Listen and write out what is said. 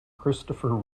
christopher